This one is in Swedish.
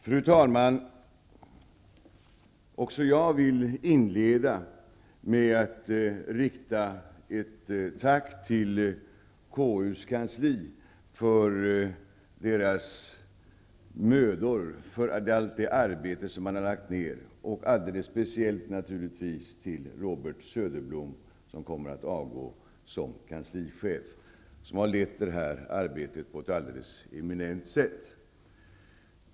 Fru talman! Också jag vill inleda med att rikta ett tack till KU:s kansli med tanke på allt arbete som där har utförts. Alldeles speciellt tänker jag naturligtvis på Robert Söderblom, som ju kommer att avgå som kanslichef. Han har lett det här arbetet på ett alldeles eminent sätt.